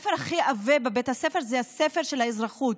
הספר הכי עבה בבית הספר זה הספר האזרחות.